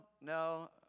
no